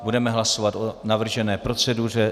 Budeme hlasovat o navržené proceduře.